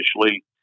initially